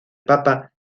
papa